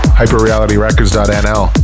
hyperrealityrecords.nl